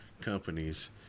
companies